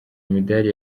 imidali